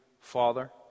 Father